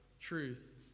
truth